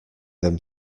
them